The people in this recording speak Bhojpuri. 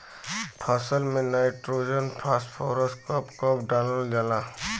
फसल में नाइट्रोजन फास्फोरस कब कब डालल जाला?